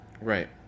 right